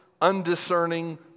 undiscerning